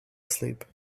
asleep